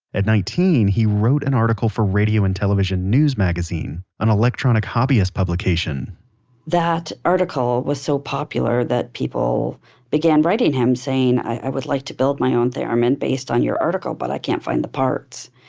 at nineteen, he wrote an article for radio and television news magazine, an electronic hobbyist publication that article was so popular that people began writing him, saying, i would like to build my own theremin um and based on your article but i can't find the parts.